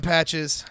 Patches